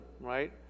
right